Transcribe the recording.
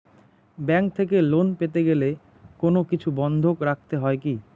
Bank থেকে loan পেতে গেলে কোনো কিছু বন্ধক রাখতে হয় কি?